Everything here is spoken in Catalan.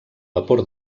vapor